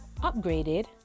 upgraded